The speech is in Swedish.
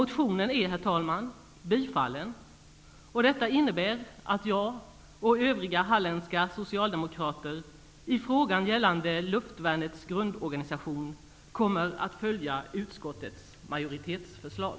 Motionen är tillstyrkt, vilket innebär att jag och övriga halländska socialdemokrater i fråga om luftvärnets grundorganisation kommer att följa utskottets majoritetsförslag.